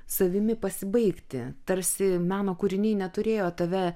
savimi pasibaigti tarsi meno kūriniai neturėjo tave